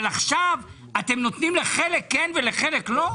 אבל עכשיו אתם נותנים לחלק כן ולחלק לא?